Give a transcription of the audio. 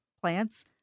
plants